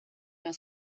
your